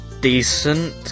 decent